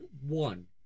one